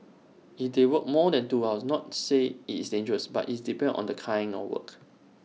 if they work more than two hours not say it's dangerous but is depends on the kind of work